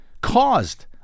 caused